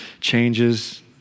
changes